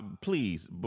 please